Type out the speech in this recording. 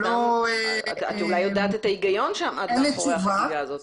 אולי את יודעת מה היה ההיגיון שעמד מאחורי החקיקה הזאת.